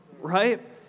right